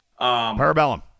Parabellum